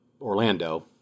Orlando